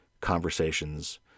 conversations